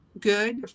good